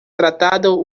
tratado